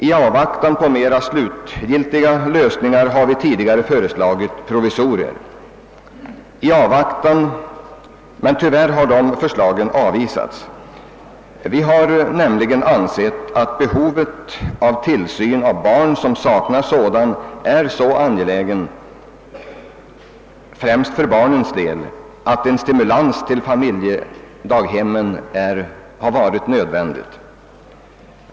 I avvaktan på mera slutgiltiga lösningar har vi tidigare föreslagit provisorier — men tyvärr har de förslagen avvisats. Vi har nämligen ansett att behovet av tillsyn av barn som saknar sådan är så angelägen, främst för barnens egen del, att en stimulans till familjedaghemmen är nödvändig.